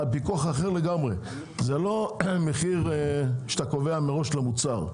זה לא מחיר שאתה קובע מראש למוצר,